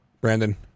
brandon